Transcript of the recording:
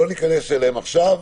אבל לא ניכנס אליהם עכשיו.